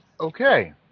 Okay